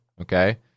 Okay